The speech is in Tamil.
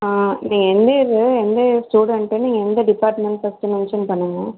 ஆ நீ எந்த இயரு எந்த இயர் ஸ்டூடன்ட்டு நீ எந்த டிப்பார்ட்மென்ட் ஃபர்ஸ்ட்டு மென்ஷன் பண்ணுங்கள்